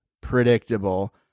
predictable